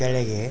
ಕೆಳಗೆ